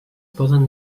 poden